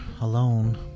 alone